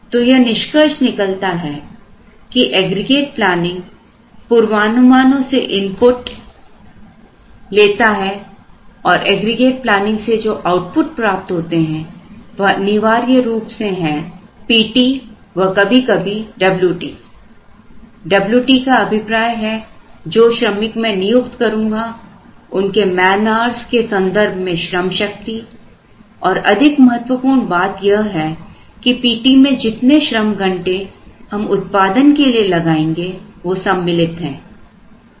तो यह निष्कर्ष निकलता है कि एग्रीगेट प्लानिंग पूर्वानुमानों से इनपुट लेता है और एग्रीगेट प्लानिंग से जो आउटपुट प्राप्त होते हैं वह अनिवार्य रूप से है Pt व कभी कभी Wt Wt का अभिप्राय जो श्रमिक मैं नियुक्त करूंगा उनके मैनआउर्ज के संदर्भ में श्रमशक्ति और अधिक महत्वपूर्ण बात यह है कि Pt में जितने श्रम घंटे हम उत्पादन के लिए लगाएंगे वो सम्मिलित हैं